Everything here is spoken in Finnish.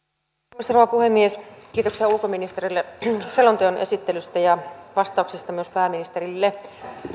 arvoisa rouva puhemies kiitoksia ulkoministerille selonteon esittelystä ja myös pääministerille vastauksista